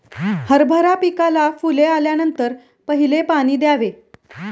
हरभरा पिकाला फुले आल्यानंतर पहिले पाणी द्यावे